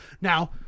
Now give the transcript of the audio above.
Now